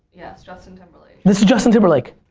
yes. justin timberlake. this is justin timberlake?